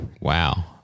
Wow